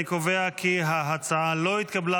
אני קובע כי ההצעה לא התקבלה,